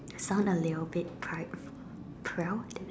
sound a little bit pridef~ proud